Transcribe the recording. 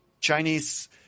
Chinese